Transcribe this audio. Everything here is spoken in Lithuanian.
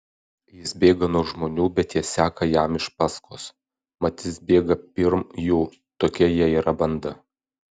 jis bėga nuo žmonių bet tie seka jam iš paskos mat jis bėga pirm jų tokia jie yra banda